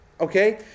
okay